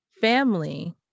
family